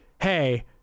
hey